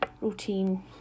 routine